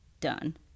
done